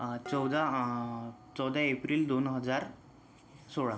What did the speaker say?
चौदा चौदा एप्रिल दोन हजार सोळा